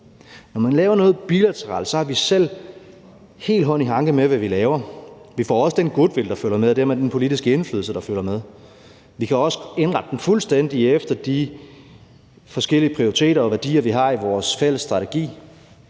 Når man laver noget bilateralt, har vi selv helt hånd i hanke med, hvad vi laver. Vi får også den goodwill, der følger med, og dermed den politiske indflydelse, der følger med, og vi kan også indrette den fuldstændig efter de forskellige prioriteter og værdier, vi har i vores fælles strategi.